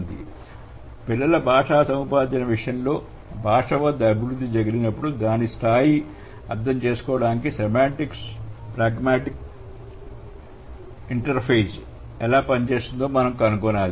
కాబట్టి పిల్లల భాషా సముపార్జన విషయంలో భాష వద్ద అభివృద్ధి జరిగినప్పుడు దాని స్థాయి అర్థం చేసుకోవడానికి సెమాంటిక్స్ ప్రాగ్మాటిక్స్ ఇంటర్ఫేస్ ఎలా పనిచేస్తుందో మనం కనుగొనాలి